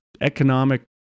economic